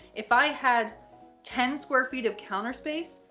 if i had ten square feet of counter space,